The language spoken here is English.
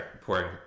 pouring